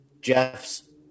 Jeff's